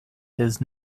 his